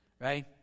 Right